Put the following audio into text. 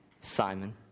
Simon